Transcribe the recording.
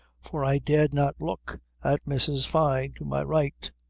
for i dared not look at mrs. fyne, to my right.